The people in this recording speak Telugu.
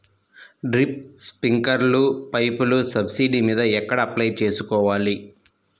డ్రిప్, స్ప్రింకర్లు పైపులు సబ్సిడీ మీద ఎక్కడ అప్లై చేసుకోవాలి?